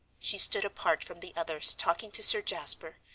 she stood apart from the others talking to sir jasper,